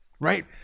right